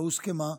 לא הוסכמה,